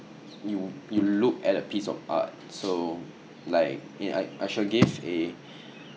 you you look at a piece of art so like I I shall give a